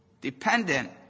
Dependent